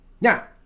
Now